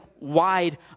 Wide